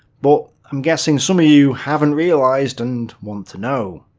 but i'm guessing some of you haven't realised and want to know.